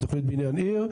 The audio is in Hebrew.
התוכנית בנין עיר.